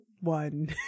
one